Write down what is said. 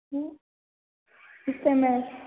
hello नमस्ते ma'am